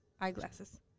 Eyeglasses